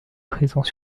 présents